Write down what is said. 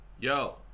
Yo